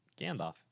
Gandalf